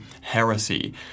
heresy